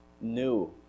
new